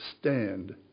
stand